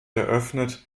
eröffnet